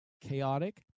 chaotic